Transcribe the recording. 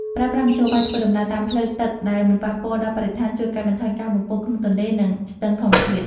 ប្រើប្រាស់មធ្យោបាយធ្វើដំណើរតាមផ្លូវទឹកដែលមិនប៉ះពាល់ដល់បរិស្ថានជួយកាត់បន្ថយការបំពុលក្នុងទន្លេ និង ស្ទឹងធម្មជាតិ។